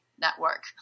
network